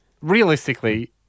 Realistically